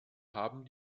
haben